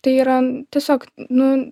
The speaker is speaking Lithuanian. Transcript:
tai yra tiesiog nu